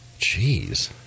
Jeez